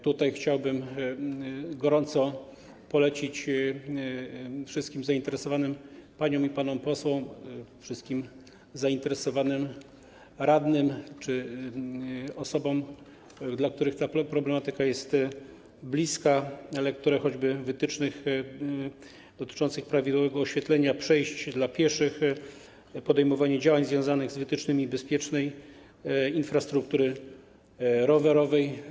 Tutaj chciałbym gorąco polecić wszystkim zainteresowanym, paniom i panom posłom, wszystkim zainteresowanym radnym czy osobom, którym ta problematyka jest bliska, lekturę choćby wytycznych dotyczących prawidłowego oświetlenia przejść dla pieszych, podejmowanie działań związanych z wytycznymi dotyczącymi bezpiecznej infrastruktury rowerowej.